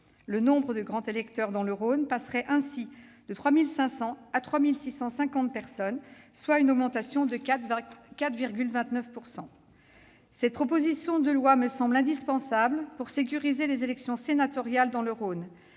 Le nombre de grands électeurs dans le Rhône passerait ainsi de 3 500 à 3 650, soit une augmentation de 4,29 %. Cette proposition de loi me semble indispensable pour sécuriser les élections sénatoriales dans le Rhône.